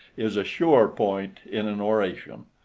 is a sure point in an oration.